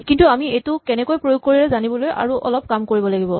কিন্তু আমি এইটো কেনেকৈ প্ৰয়োগ কৰে জানিবলৈ আৰু অলপ কাম কৰিব লাগিব